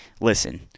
listen